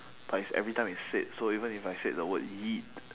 but it's every time it's said so even if I said the word yeet